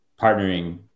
partnering